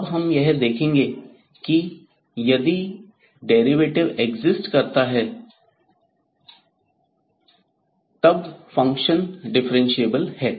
अब हम यह देखेंगे कि यदि डेरिवेटिव एक्जिस्ट करता है तब फंक्शन डिफ्रेंशिएबल है